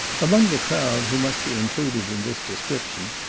among the crowd, who must be included in this description,